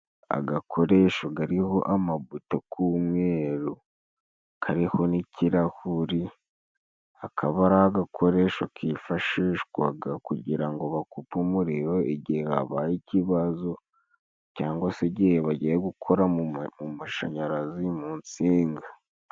Agakoresho kariho amabuto k'umweru kariho n'ikirahuri. Akaba ari agakoresho kifashishwaga kugira ngo bakupe umuriro igihe habaye ikibazo, cyangwa se igihe bagiye gukora mu mashanyarazi mu nsinga.